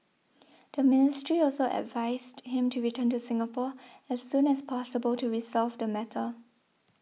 the ministry also advised him to return to Singapore as soon as possible to resolve the matter